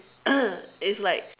it's like